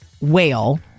whale